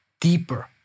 deeper